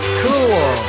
cool